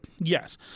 yes